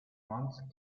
month